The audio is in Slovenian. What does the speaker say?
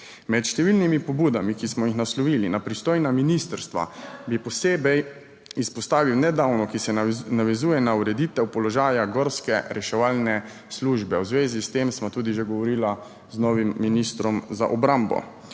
Med številnimi pobudami, ki smo jih naslovili na pristojna ministrstva, bi posebej izpostavil nedavno, ki se navezuje na ureditev položaja gorske reševalne službe. V zvezi s tem sva tudi že govorila z novim ministrom za obrambo.